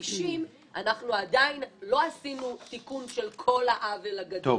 שב-50 עדיין לא עשינו תיקון של כל העוול הגדול.